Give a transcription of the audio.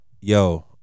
yo